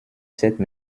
cette